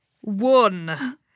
one